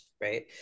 right